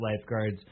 lifeguards